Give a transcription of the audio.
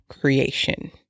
creation